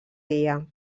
guia